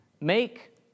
Make